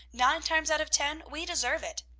nine times out of ten we deserve it.